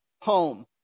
home